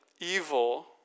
evil